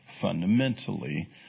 Fundamentally